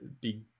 big